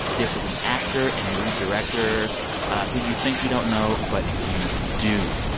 this is an actor and new director who you think you don't know, but you do.